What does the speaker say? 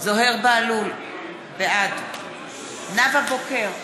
זוהיר בהלול, בעד נאוה בוקר,